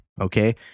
okay